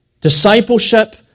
Discipleship